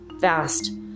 fast